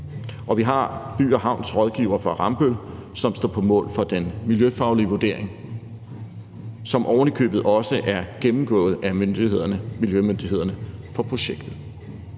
og vi har By & Havns rådgiver fra Rambøll, som står på mål for den miljøfaglige vurdering, som ovenikøbet også er gennemgået af miljømyndighederne på projektet.